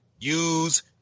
use